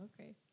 okay